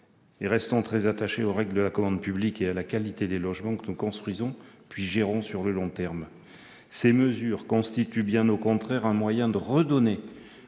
et restons très attachés aux règles de la commande publique et à la qualité des logements que nous construisons, puis gérons sur le long terme. Ces mesures constituent bien au contraire un moyen de redonner